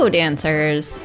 dancers